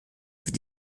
wird